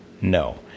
no